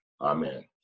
amen